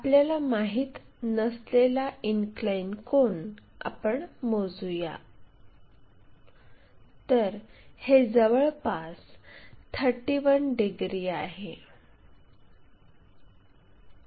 आपल्याला माहित नसलेला इनक्लाइन कोन आपण मोजूया तर हे जवळपास 31 डिग्री आहे